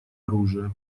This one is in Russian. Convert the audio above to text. оружия